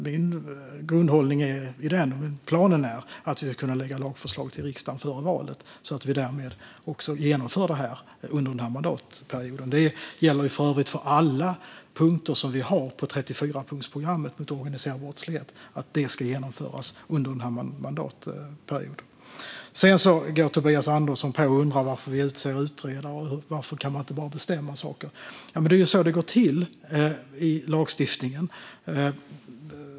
Min grundhållning i den planen är att vi ska kunna lämna lagförslaget till riksdagen före valet, så att vi därmed också genomför detta under denna mandatperiod. Det gäller för övrigt för alla punkter som vi har på 34-punktsprogrammet mot organiserad brottslighet att de ska genomföras under denna mandatperiod. Sedan undrar Tobias Andersson varför vi utser utredare och varför man inte bara kan bestämma saker. Men det är så lagstiftningsarbetet går till.